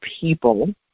people